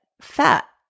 fat